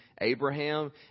Abraham